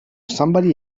somebody